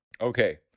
Okay